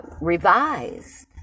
revised